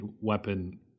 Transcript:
weapon